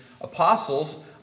apostles